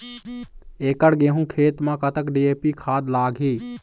एकड़ गेहूं खेत म कतक डी.ए.पी खाद लाग ही?